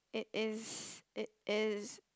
it is it is